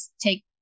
take